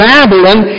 Babylon